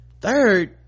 third